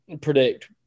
predict